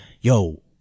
yo